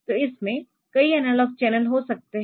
तो इसमें कई एनालॉग चैनल हो सकते है